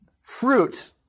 fruit